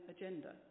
agenda